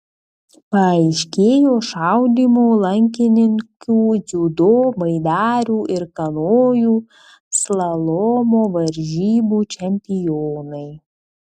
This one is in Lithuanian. paaiškėjo šaudymo lankininkių dziudo baidarių ir kanojų slalomo varžybų čempionai